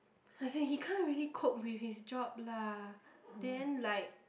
as in he can't really cope with his job lah then like